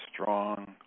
strong